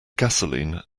gasoline